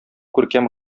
күркәм